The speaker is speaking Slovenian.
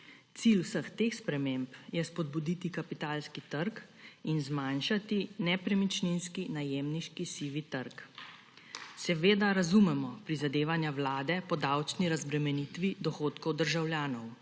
Cilj vseh teh sprememb je spodbuditi kapitalski trg in zmanjšati nepremičninski najemniški sivi trg. Seveda razumemo prizadevanja Vlade po davčni razbremenitvi dohodkov državljanov,